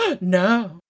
no